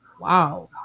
Wow